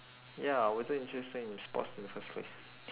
ya I wasn't interested in sports in the first place